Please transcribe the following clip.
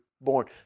born